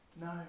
No